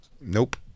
Nope